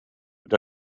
und